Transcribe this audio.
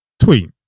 Tweet